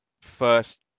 first